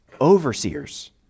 Overseers